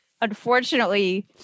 unfortunately